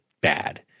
bad